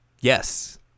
Yes